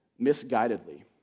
misguidedly